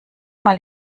mal